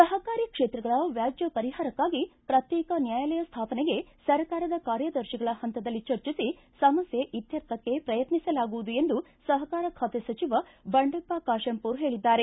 ಸಹಕಾರಿ ಕ್ಷೇತ್ರಗಳ ವ್ಯಾಜ್ಯ ಪರಿಹಾರಕ್ಕಾಗಿ ಪ್ರತ್ಯೇಕ ನ್ಯಾಯಾಲಯ ಸ್ನಾಪನೆಗೆ ಸರ್ಕಾರದ ಕಾರ್ಯದರ್ಶಿಗಳ ಪಂತದಲ್ಲಿ ಚರ್ಚಿಸಿ ಸಮಸ್ಯೆ ಇತ್ಯರ್ಥಕ್ಕೆ ಪ್ರಯತ್ನಿಸಲಾಗುವುದು ಎಂದು ಸಹಕಾರ ಖಾತೆ ಸಚಿವ ಬಂಡೆಪ್ಪ ಕಾಶೆಂಪೂರ ಪೇಳಿದ್ದಾರೆ